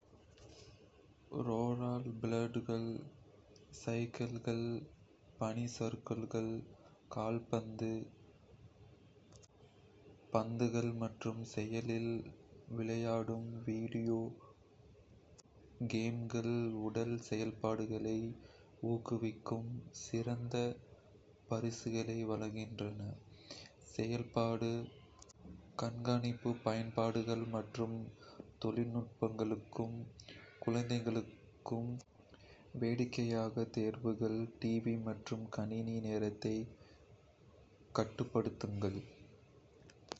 ரோலர்பிளேடுகள், சைக்கிள்கள், பனி சறுக்குகள், கால்பந்து பந்துகள் மற்றும் செயலில் விளையாடும் வீடியோ கேம்கள் உடல் செயல்பாடுகளை ஊக்குவிக்கும் சிறந்த பரிசுகளை வழங்குகின்றன. செயல்பாடு-கண்காணிப்பு பயன்பாடுகள் மற்றும் தொழில்நுட்பங்களும் குழந்தைகளுக்கான வேடிக்கையான தேர்வுகள். டிவி மற்றும் கணினி நேரத்தைக் கட்டுப்படுத்துங்கள்.